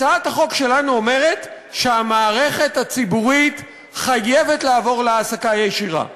הצעת החוק שלנו אומרת שהמערכת הציבורית חייבת לעבור להעסקה ישירה.